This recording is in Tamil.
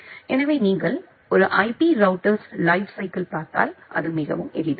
எனவே நீங்கள் ஒரு ஐபி ரௌட்டர்ஸ் லைஃப் சைக்கிள் பார்த்தால் அது மிகவும் எளிது